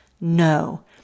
No